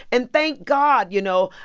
and thank god, you know,